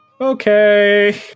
Okay